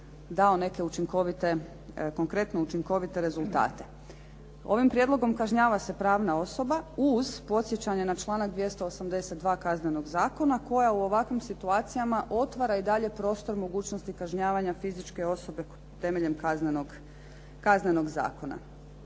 dao neke učinkovite, konkretno učinkovite rezultate. Ovim prijedlogom kažnjava se pravna osoba uz podsjećanje na članak 282. Kaznenog zakona koja u ovakvim situacijama otvara i dalje prostor mogućnosti kažnjavanja fizičke osobe temeljem kaznenog zakona.